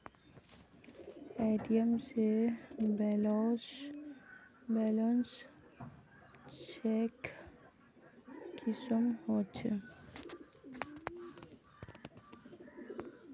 ATM से balance check कुंसम होचे?